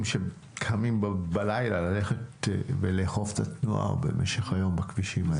שקמים בלילה לאכוף את התנועה בכבישים האלה.